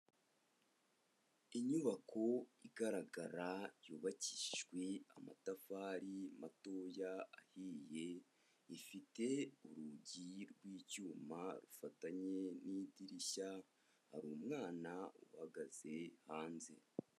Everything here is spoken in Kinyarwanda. Inyubako igaragara yubakishijwe amatafari matoya ahiye, ifite urugi rw'icyuma rufatanye n'idirishya, hari umwana uhagaze hanze.